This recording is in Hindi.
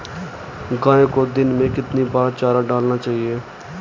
गाय को दिन में कितनी बार चारा डालना चाहिए?